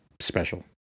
special